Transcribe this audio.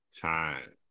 time